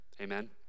Amen